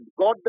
God